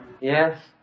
Yes